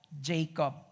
Jacob